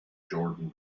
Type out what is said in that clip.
jordan